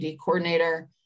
coordinator